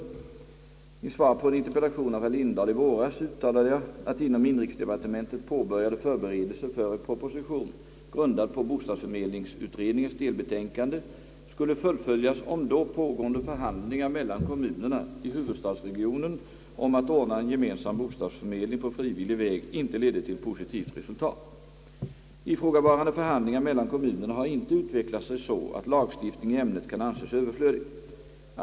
I svar på en interpellation av herr Lindahl i våras uttalade jag att inom inrikesdepartementet påbörjade förberedelser för en proposition, grundad på bostadsförmedlingsutredningens delbetänkande, skulle fullföljas, om då pågående förhandlingar mellan kommunerna i huvudstadsregionen om att ordna en gemensam bostadsförmedling på frivillig väg inte ledde till positivt resultat. Ifrågavarande förhandlingar mellan kommunerna har inte utvecklat sig så, att lagstiftning i ämnet kan anses överflödig.